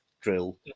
drill